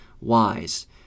wise